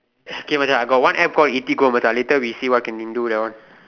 okay Macha I got App called eatigo later we see what we can do that one